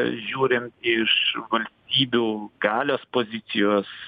žiūrint iš valstybių galios pozicijos